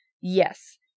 Yes